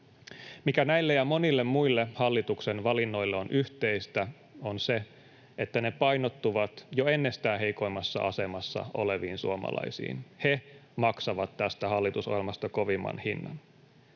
Mikä näille ja monille muille hallituksen valinnoille on yhteistä, on se, että ne painottuvat jo ennestään heikoimmassa asemassa oleviin suomalaisiin. He maksavat tästä hallitusohjelmasta kovimman hinnan.